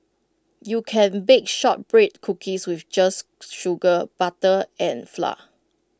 you can bake Shortbread Cookies with just sugar butter and flour